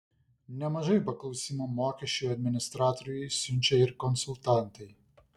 nemažai paklausimų mokesčių administratoriui siunčia ir konsultantai